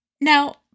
Now